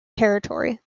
territory